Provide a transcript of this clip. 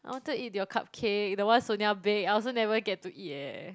I wanted to eat your cupcake the one Sonia bake I also never get to eat eh